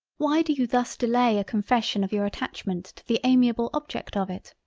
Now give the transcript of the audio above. why do you thus delay a confession of your attachment to the amiable object of it?